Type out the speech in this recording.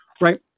right